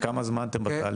כמה זמן התהליך?